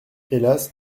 hélas